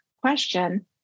question